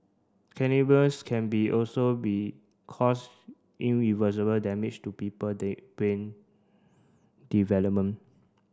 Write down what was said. can be also be cause irreversible damage to people their brain development